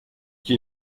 qui